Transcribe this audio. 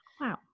Wow